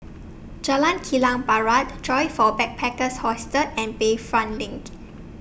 Jalan Kilang Barat Joyfor Backpackers' Hostel and Bayfront LINK